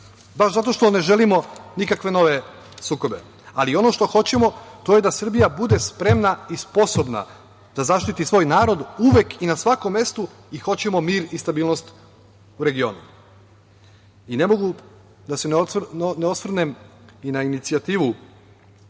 baš zato što ne želimo nikakve nove sukobe, ali ono što hoćemo to je da Srbija bude spremna i sposobna da zaštiti svoj narod uvek i na svakom mestu i hoćemo mir i stabilnost u regionu. Ne mogu da se ne osvrnem i na inicijativu